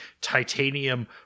titanium